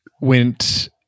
went